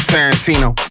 Tarantino